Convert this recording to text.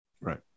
Right